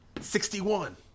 Sixty-one